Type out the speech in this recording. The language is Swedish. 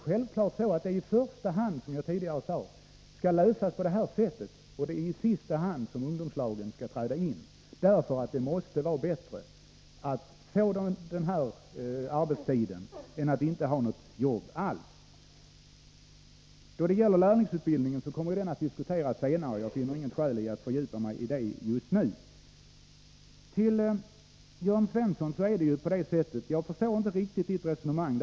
Självfallet skall problemen, som jag tidigare sade, i första hand lösas på den vägen, och ungdomslagen skall träda in i sista hand, men det måste vara bättre att få den arbetstid som detta ger än att inte ha något jobb alls. Lärlingsutbildningen kommer att diskuteras senare, och jag finner inget skäl att fördjupa mig i den just nu. Jag förstår vidare inte Jörn Svenssons resonemang.